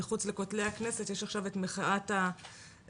מחוץ לכותלי הכנסת יש את מחאת בעלי